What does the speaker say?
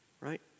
right